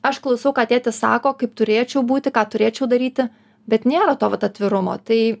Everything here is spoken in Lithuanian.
aš klausau ką tėtis sako kaip turėčiau būti ką turėčiau daryti bet nėra to vat atvirumo tai